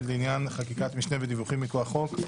לעניין חקיקת משנה ודיווחים מכוח החוק.